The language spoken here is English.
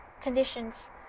conditions